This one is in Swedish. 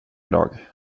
dag